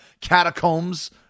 Catacombs